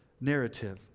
narrative